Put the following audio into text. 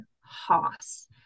hoss